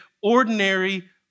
ordinary